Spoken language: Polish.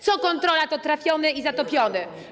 Co kontrola, to trafiony i zatopiony.